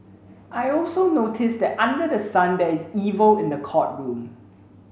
I also noticed that under the sun there is evil in the courtroom